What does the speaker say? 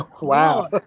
Wow